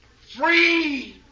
free